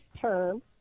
term